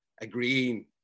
agreeing